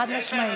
חד-משמעית.